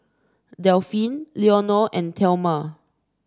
Delphine Leonor and Thelma